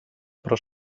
pro